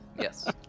Yes